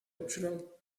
optional